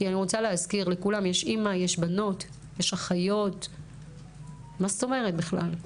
כי אני רוצה להזכיר לכולם יש אמא יש בנות יש אחיות מה זאת אומרת בכלל.